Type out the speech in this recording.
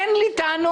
אין לי טענות.